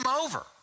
over